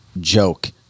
joke